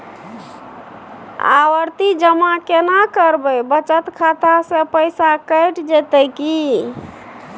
आवर्ति जमा केना करबे बचत खाता से पैसा कैट जेतै की?